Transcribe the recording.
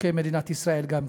בחוקי מדינת ישראל גם כן.